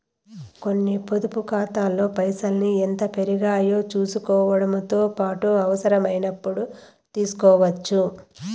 కొన్ని పొదుపు కాతాల్లో పైసల్ని ఎంత పెరిగాయో సూసుకోవడముతో పాటు అవసరమైనపుడు తీస్కోవచ్చు